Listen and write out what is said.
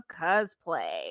cosplay